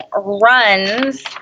Runs